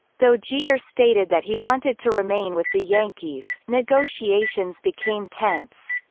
though jeter stated that he wanted to remain with the yankees, negotiations became tense.